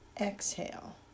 Exhale